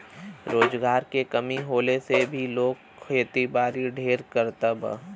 रोजगार के कमी होले से भी लोग खेतीबारी ढेर करत बा